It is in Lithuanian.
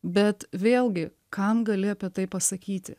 bet vėlgi kam gali apie tai pasakyti